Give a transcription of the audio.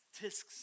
tisks